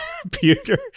computer